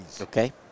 Okay